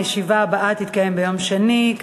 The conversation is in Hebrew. הישיבה הבאה תתקיים ביום שני,